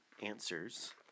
answers